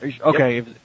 Okay